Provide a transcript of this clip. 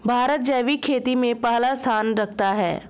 भारत जैविक खेती में पहला स्थान रखता है